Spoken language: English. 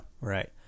Right